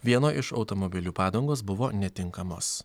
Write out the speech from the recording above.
vieno iš automobilių padangos buvo netinkamos